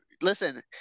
listen